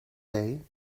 day